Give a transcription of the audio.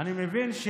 אני מבין,